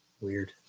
Weird